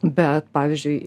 bet pavyzdžiui